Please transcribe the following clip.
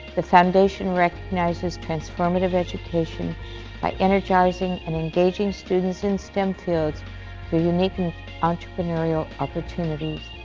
the foundation recognizes transformative education by energizing and engaging students in stem fields through unique and entrepreneurial opportunities.